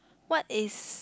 what is